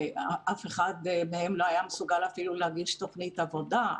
אף אחד מהם לא היה מסוגל אפילו להגיש תוכנית עבודה,